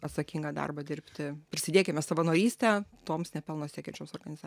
atsakingą darbą dirbti prisidėkime savanoryste toms nepelno siekiančioms organiza